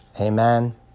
Amen